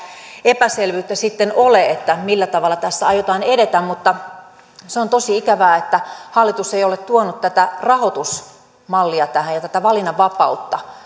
epäselvyyttä sitten ole siitä millä tavalla tässä aiotaan edetä mutta se on tosi ikävää että hallitus ei ole tuonut tätä rahoitusmallia ja tätä valinnanvapautta